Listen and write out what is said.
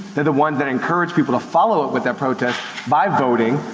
they're the ones that encourage people to follow up with that protest by voting,